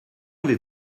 avez